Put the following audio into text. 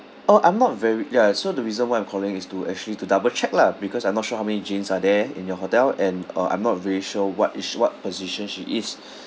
oh I'm not very ya so the reason why I'm calling is to actually to double check lah because I'm not sure how many janes are there in your hotel and uh I'm not very sure what ish what position she is